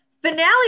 Finale